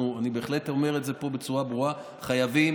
אני בהחלט אומר את זה פה בצורה ברורה: חייבים